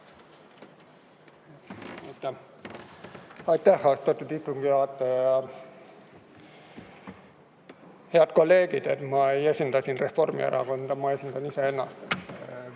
Head kolleegid! Ma ei esinda siin Reformierakonda, ma esindan iseennast.